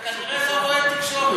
אתה כנראה לא רואה תקשורת.